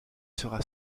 sera